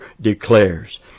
declares